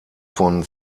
von